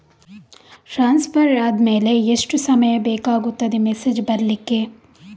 Transfer ಆದ್ಮೇಲೆ ಎಷ್ಟು ಸಮಯ ಬೇಕಾಗುತ್ತದೆ ಮೆಸೇಜ್ ಬರ್ಲಿಕ್ಕೆ?